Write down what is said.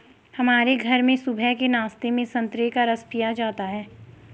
हमारे घर में सुबह के नाश्ते में संतरे का रस पिया जाता है